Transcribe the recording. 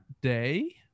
Day